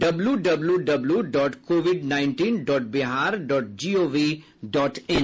W W W dot COVID nineteen dot Bihar dot G O V dot in